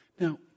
Now